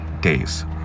days